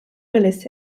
willis